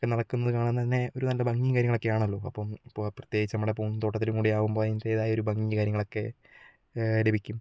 നടക്കുന്നത് കാണാൻ തന്നെ ഒരു നല്ല ഭംഗിയും കാര്യങ്ങളൊക്കെ ആണല്ലോ അപ്പം പ്രേത്യേകിച്ച് നമ്മുടെ പൂന്തോട്ടത്തിലും കൂടി ആകുമ്പോൾ അതിൻ്റേതായൊരു ഭംഗിയും കാര്യങ്ങളൊക്കെ ലഭിക്കും